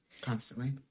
constantly